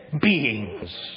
beings